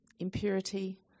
impurity